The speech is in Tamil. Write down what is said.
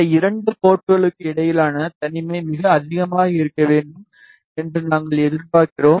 இந்த 2 போர்ட்களுக்கு இடையிலான தனிமை மிக அதிகமாக இருக்க வேண்டும் என்று நாங்கள் எதிர்பார்க்கிறோம்